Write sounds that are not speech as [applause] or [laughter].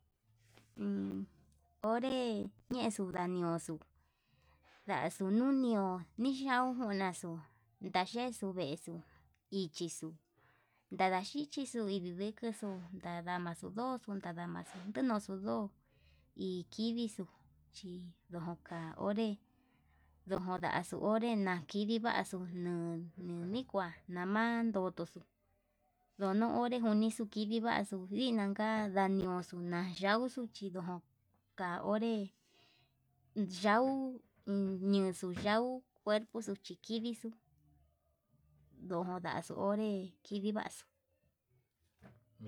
[hesitation] onre ñexuu ndanioxo ndaxuu nunio nichauxu njuna, ndaxuu ndayexu vexuu ichixu ndadaxhichixu indidexuxu ndada xudoxo ndadamaxu, ndenoxo ndo'ó ikidixuu chidoka onré ndojo ndaxu onré nakidii vaxuu nan no nikua, nama ndotoxo ndono onre nuu kidixu nini vaxuu ndinaka ndaniuxu na'a yauxuu chindo nda'a onre ya'u, iin ñuxuu yauu cuerpoxo hi kidixu ndondaxu onre uu kidi vaxuu.